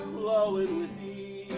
flowing with thee